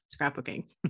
scrapbooking